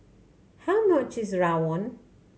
how much is Rawon